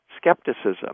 skepticism